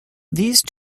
these